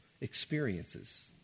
experiences